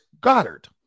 Goddard